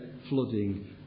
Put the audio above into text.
flooding